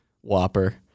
whopper